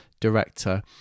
director